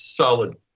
solid